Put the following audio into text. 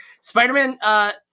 Spider-Man